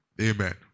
Amen